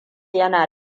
yana